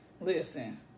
listen